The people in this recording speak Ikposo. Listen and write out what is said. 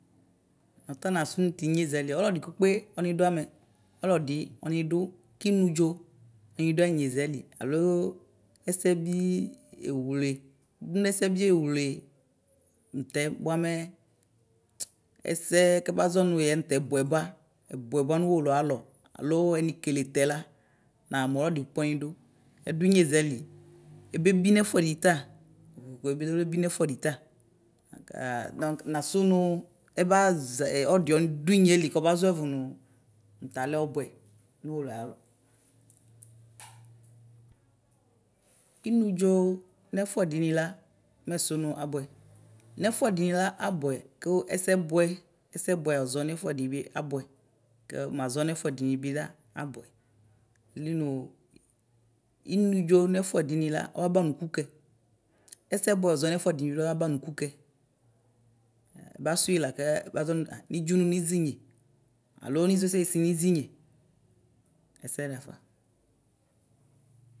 ɔta nasʋ tsinyezɛ li alɔdi kpekpe ɔnodʋ amɛ, ɔlɔdi ɔni du kinʋ dzo ɔnido ayinyezɛli, alo ɛsɛbi ewle dʋnʋ ɛsɛbi ewle, ɔmtɛ bʋ amɛ, ɛsɛ kɛbazɔ nʋ yɛla bʋaba nʋ ʋwolowʋ alɔ alo ɛnikele ntɛla namʋ ɔdikpɛ ɔnidʋ, ɛdʋ inyezɛli ɛbebi nɛfuɛdita, ɛdʋ inyezɛli ɛbebi nɛfuɛdita, nɛfuɛdita nasʋ nʋ ɛbazɛ ɔdi ɔnido inyeli kɔnazɔ ɛvʋ nʋ ʋtalɛ ɔbʋɛ nʋ ʋwolowʋ ayalɔ. Inudzo nʋ ɛfuɛdini la mɛsʋ nʋ abʋɛ nɛfu ɛdini la abʋɛ kʋ ɛsɛbʋɛ, ɛsɛbʋɛ ɔzɔ nʋ ɛfʋɛdinibi abʋɛ mazɔ nʋ ɛfʋadini bila abʋɛ ayilienʋ inʋdzo nɛfʋadini la ɔmaba nʋ ʋkʋkɛ ɛsɛbʋɛ ɔzɔ nʋ ɛfʋɛdini ɔmabanʋ ʋkʋkɛ, ɛbasʋyi laka ɛbazɔnʋ nidzʋnʋ nizinye, alo nizɔ ɛsɛsisi nizinye, ɛsɛ lafa.